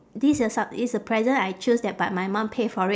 this is a s~ it's a present I choose that but my mom pay for it